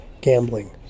gambling